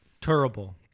Terrible